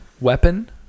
weapon